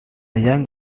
young